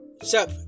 Sup